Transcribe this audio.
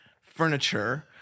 furniture